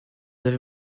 avez